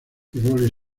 rolling